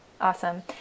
Awesome